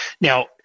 Now